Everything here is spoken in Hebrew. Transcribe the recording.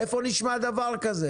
איפה נשמע דבר כזה?